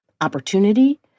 opportunity